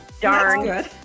Darn